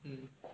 mm